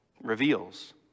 reveals